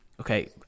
okay